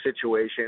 situation